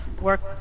work